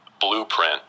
blueprint